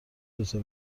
دوتا